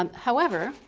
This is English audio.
um however,